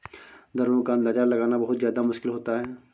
दरों का अंदाजा लगाना बहुत ज्यादा मुश्किल होता है